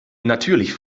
natürlich